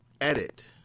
edit